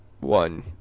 one